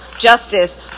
justice